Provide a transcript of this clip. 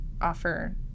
offer